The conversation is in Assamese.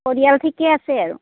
পৰিয়াল ঠিকেই আছে আৰু